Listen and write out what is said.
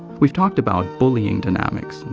we've talked about bullying dynamics,